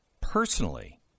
personally